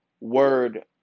word